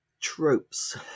tropes